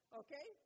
okay